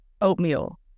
oatmeal